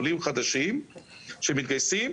עולים חדשים שמתגייסים,